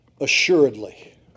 assuredly